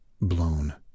Blown